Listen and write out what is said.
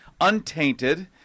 untainted